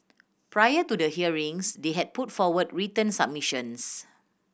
prior to the hearings they had put forward written submissions